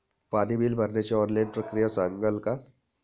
पाणी बिल भरण्याची ऑनलाईन प्रक्रिया सांगाल का?